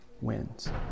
wins